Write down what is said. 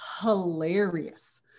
hilarious